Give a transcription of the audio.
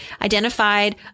identified